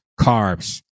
carbs